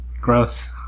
Gross